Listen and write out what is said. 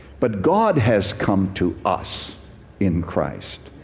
but god has come to us in christ.